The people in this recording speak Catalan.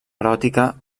eròtica